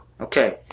Okay